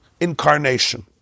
incarnation